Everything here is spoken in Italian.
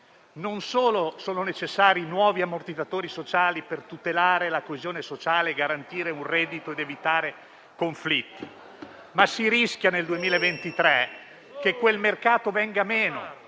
non solo sono necessari nuovi ammortizzatori sociali per tutelare la coesione sociale, garantire un reddito ed evitare conflitti, ma si rischia anche nel 2023 che quel mercato venga meno,